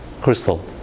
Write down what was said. crystal